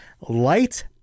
light